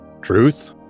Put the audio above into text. truth